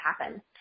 happen